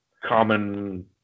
common